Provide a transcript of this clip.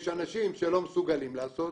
יש אנשים שלא מסוגלים לעשות,